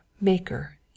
Maker